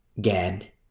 Gad